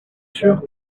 sûr